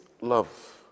love